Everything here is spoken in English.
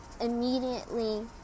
immediately